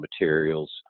materials